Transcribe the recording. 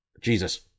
Jesus